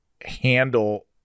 handle